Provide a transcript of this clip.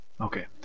Okay